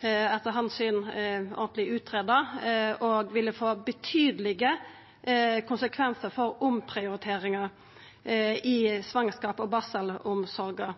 og som ville få betydelege konsekvensar for omprioriteringar i svangerskaps- og barselomsorga.